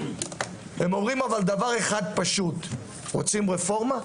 אבל הם אומרים דבר אחד פשוט: רוצים רפורמה?